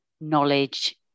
knowledge